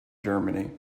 germany